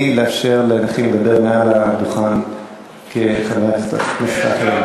לאפשר לנכים לדבר מעל הדוכן כחברי כנסת אחרים.